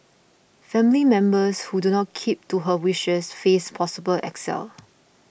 family members who do not keep to her wishes face possible exile